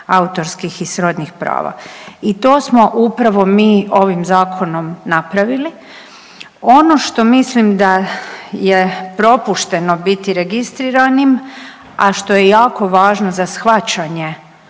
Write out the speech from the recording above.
autorskih i srodnih prava. I to smo upravo mi ovim zakonom napravili. Ono što mislim da je propušteno biti registriranim, a što je jako važno za shvaćanje